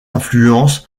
influences